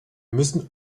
müssen